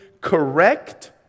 Correct